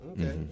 Okay